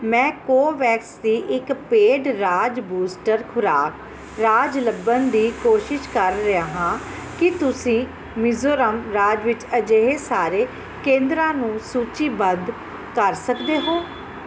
ਮੈਂ ਕੋਵੈਕਸ ਦੀ ਇੱਕ ਪੇਡ ਰਾਜ ਬੂਸਟਰ ਖੁਰਾਕ ਰਾਜ ਲੱਭਣ ਦੀ ਕੋਸ਼ਿਸ਼ ਕਰ ਰਿਹਾ ਹਾਂ ਕੀ ਤੁਸੀਂ ਮਿਜ਼ੋਰਮ ਰਾਜ ਵਿੱਚ ਅਜਿਹੇ ਸਾਰੇ ਕੇਂਦਰਾਂ ਨੂੰ ਸੂਚੀਬੱਧ ਕਰ ਸਕਦੇ ਹੋ